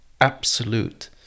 absolute